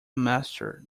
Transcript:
master